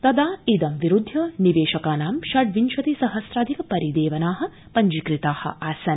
तदा इदं विरुदध्य निवेशकानां षडविंशति सहस्राधिक परिदेवना पञ्जीक़ता आसन्